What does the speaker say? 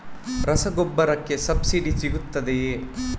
ರಸಗೊಬ್ಬರಕ್ಕೆ ಸಬ್ಸಿಡಿ ಸಿಗುತ್ತದೆಯೇ?